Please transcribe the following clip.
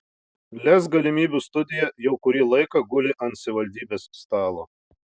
lez galimybių studija jau kurį laiką guli ant savivaldybės stalo